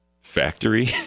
factory